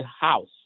house